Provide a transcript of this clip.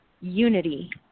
unity